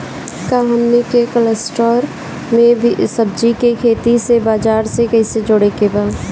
का हमनी के कलस्टर में सब्जी के खेती से बाजार से कैसे जोड़ें के बा?